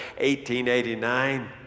1889